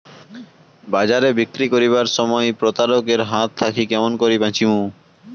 বাজারে বিক্রি করিবার সময় প্রতারক এর হাত থাকি কেমন করি বাঁচিমু?